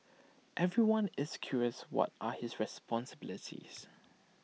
everyone is curious what are his responsibilities